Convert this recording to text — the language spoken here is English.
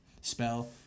spell